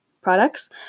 products